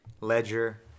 ledger